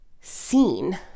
seen